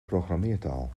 programmeertaal